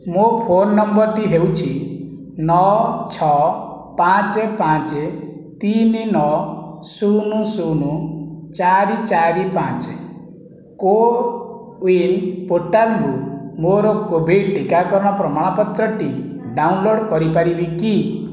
ମୋ ଫୋନ୍ ନମ୍ବରଟି ହେଉଛି ନଅ ଛଅ ପାଞ୍ଚ ପାଞ୍ଚ ତିନି ନଅ ଶୂନ ଶୂନ ଚାରି ଚାରି ପାଞ୍ଚ କୋୱିନ୍ ପୋର୍ଟାଲ୍ରୁ ମୋର କୋଭିଡ଼୍ ଟିକାକରଣ ପ୍ରମାଣପତ୍ରଟି ଡାଉନଲୋଡ଼୍ କରିପାରିବି କି